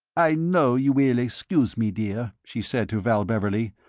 i know you will excuse me, dear, she said to val beverley,